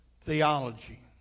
theology